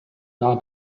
jahr